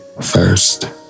first